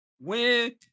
Win